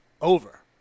over